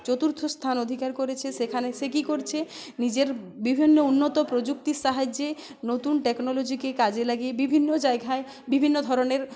চতুর্থ স্থান অধিকার করেছে সেখানে সে কি করছে নিজের বিভিন্ন উন্নত প্রযুক্তির সাহায্যে নতুন টেকনোলজিকে কাজে লাগিয়ে বিভিন্ন জায়গায় বিভিন্ন ধরনের